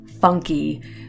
funky